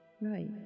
Right